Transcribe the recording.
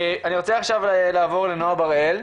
אני רוצה עכשיו לעבור לנעה בראל,